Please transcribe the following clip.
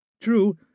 True